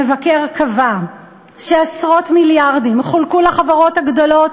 המבקר קבע שעשרות מיליארדים חולקו לחברות הגדולות